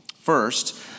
First